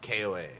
KOA